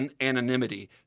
anonymity